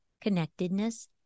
connectedness